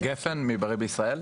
גפן מ-"בריא בישראל".